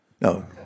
no